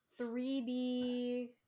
3D